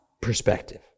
perspective